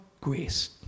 grace